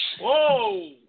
Whoa